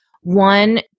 one